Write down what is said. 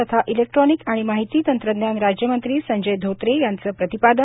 तथा इलेक्ट्रॉनिक आणि माहिती तंत्रज्ञान राज्यमंत्री संजय धोत्रे यांचं प्रतिपादन